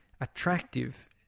attractive